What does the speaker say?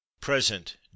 Present